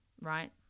right